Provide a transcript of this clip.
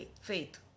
faith